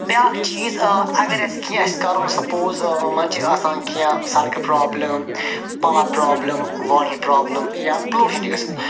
بیٛاکھ چیٖز اگر اَسہِ کیٚنٛہہ آسہِ کَرُن سَپوز منٛزٕ چھِ آسان کیٚنٛہہ سڈکہٕ پرٛابلِم پاوَ پرٛابلِم واٹر پرٛابلِم یا پُلوٗشن چھِ گَژھان